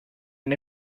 and